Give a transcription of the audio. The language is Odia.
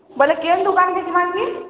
ବେଲେ କେନ୍ ଦୁକାନ୍କେ ଯିମା କି